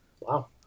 Wow